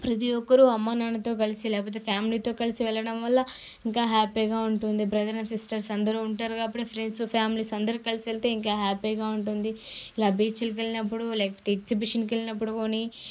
ప్రతి ఒక్కరూ అమ్మ నాన్నతో కలిసి లేకపోతే ఫ్యామిలీతో కలిసి వెళ్లడం వల్ల ఇంకా హ్యాపీగా ఉంటుంది బ్రదర్ అండ్ సిస్టర్స్ అందరూ ఉంటారు కాబట్టి ఫ్రెండ్స్ ఫ్యామిలీస్ అందరూ కలిసి వెళ్తే ఇంకా హ్యాపీగా ఉంటుంది ఇలా బీచ్లకు వెళ్ళినప్పుడు లేకపోతే ఎగ్జిబిషన్కి వెళ్ళినప్పుడు కానీ